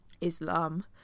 islam